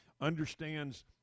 understands